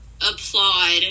applaud